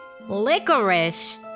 Licorice